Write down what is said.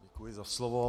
Děkuji za slovo.